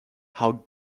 how